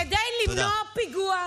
כדי למנוע פיגוע,